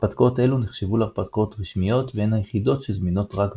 הרפתקאות אלו נחשבו להרפתקאות רשמיות והן היחידות שזמינות רק בעברית.